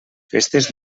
festes